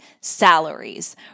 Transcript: salaries